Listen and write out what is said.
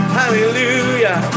hallelujah